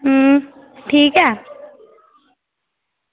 ठीक ऐ